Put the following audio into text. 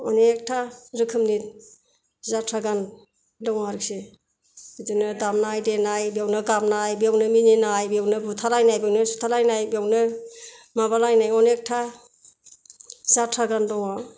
अनेखथा रोखोमनि जाथ्रा गान दङ' आरखि बिदिनो दामनाय देनाय बेयावनो गाबनाय बेवनो मिनिनाय बेयावनो बुथारलायनाय बेयावनो सुथारलायनाय बेयावनो माबा लायनाय अनेखथा जाथ्रा गान दङ'